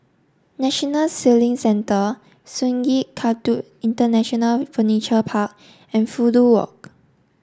National Sailing Centre Sungei Kadut International Furniture Park and Fudu Walk